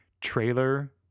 trailer